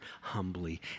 humbly